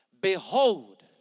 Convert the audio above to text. Behold